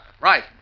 Right